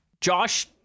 Josh